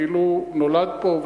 כאילו נולד פה,